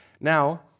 Now